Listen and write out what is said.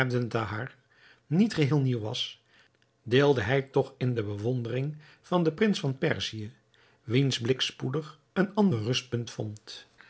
niet geheel nieuw was deelde hij toch in de bewondering van den prins van perzië wiens blik spoedig een ander rustpunt vond